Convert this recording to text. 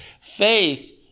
Faith